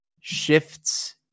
shifts